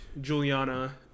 Juliana